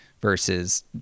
versus